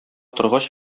торгач